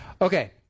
Okay